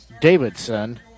Davidson